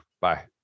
Bye